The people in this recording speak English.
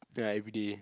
ya everyday